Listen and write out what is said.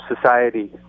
society